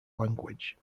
language